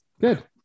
Good